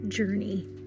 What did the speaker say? Journey